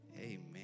Amen